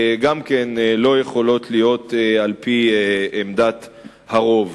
לא יכולות להיות על-פי עמדת הרוב.